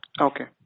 Okay